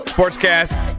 Sportscast